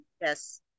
Yes